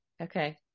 Okay